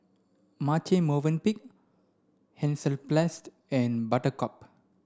Marche Movenpick Hansaplast and Buttercup